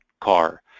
car